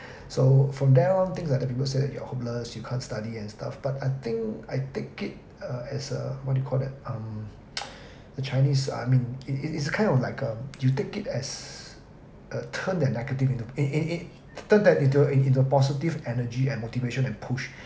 so from there on things like the people say that you are hopeless you can't study and stuff but I think I take it uh as a what you call that um the chinese uh I mean it it's kind of like a you take it as a turn that negative into it it it turn that into a in into positive energy and motivation and push